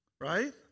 right